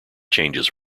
changes